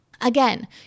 Again